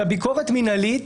ביקורת מינהלית